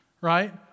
right